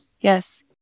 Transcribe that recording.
Yes